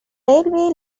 railway